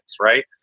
right